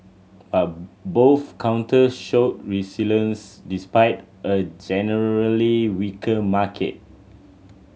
but both counters showed resilience despite a generally weaker market